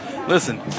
Listen